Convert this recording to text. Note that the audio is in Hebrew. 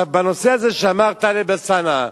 בנושא שאמר טלב אלסאנע,